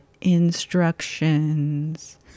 instructions